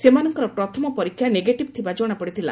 ସେମାନଙ୍କର ପ୍ରଥମ ପରୀକ୍ଷା ନେଗେଟିଭ୍ ଥିବା ଜଣାପଡିଥିଲା